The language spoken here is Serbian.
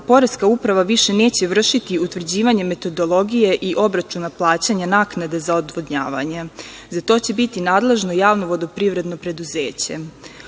Poreska uprava više neće vršiti utvrđivanje metodologije i obračuna plaćanja naknade za odvodnjavanje. Za to će biti nadležno Javno vodoprivredno preduzeće.